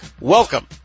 Welcome